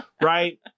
right